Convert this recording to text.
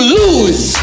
lose